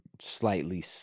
slightly